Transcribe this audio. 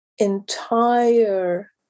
entire